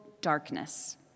darkness